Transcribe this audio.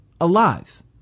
alive